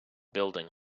building